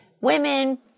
women